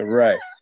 right